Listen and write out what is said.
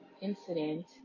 incident